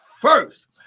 first